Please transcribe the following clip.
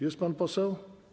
Jest pan poseł?